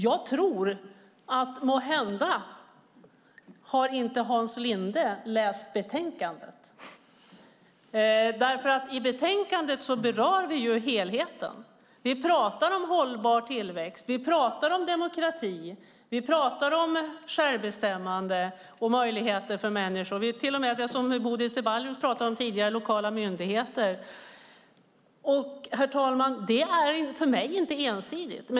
Jag tror måhända att Hans Linde inte har läst betänkandet, för i betänkandet berör vi helheten. Vi pratar om hållbar tillväxt. Vi pratar om demokrati. Vi pratar om självbestämmande och möjligheter för människor. Vi pratar till och med om det som Bodil Ceballos pratade om tidigare, lokala myndigheter. För mig är detta inte ensidigt.